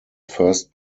first